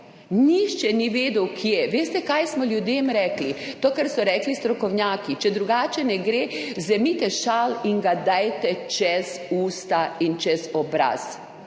nihče ni vedel, kje. Veste, kaj smo ljudem rekli? To, kar so rekli strokovnjaki: če drugače ne gre, vzemite šal in ga dajte čez usta in čez obraz.